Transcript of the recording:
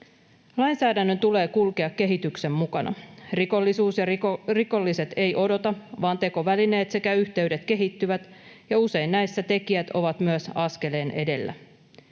Lainsäädännön tulee kulkea kehityksen mukana. Rikollisuus ja rikolliset eivät odota, vaan tekovälineet sekä yhteydet kehittyvät, ja usein näissä tekijät ovat myös askeleen edellä.